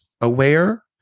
aware